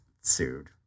Sued